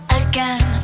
again